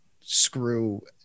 screw